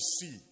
see